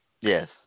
Yes